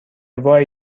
وای